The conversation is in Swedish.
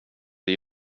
det